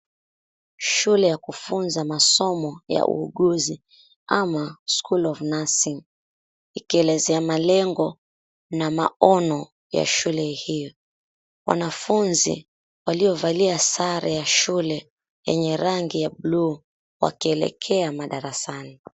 Shule ya kufunza masomo ya uuguzi, ama, School of Nursing. Ikielezea malengo na maono ya shule hiyo. Wanafunzi, waliovalia sare ya shule yenye rangi ya buluu, wakielekea madarasani.